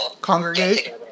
congregate